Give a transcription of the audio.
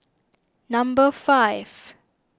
number five